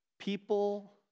People